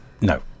no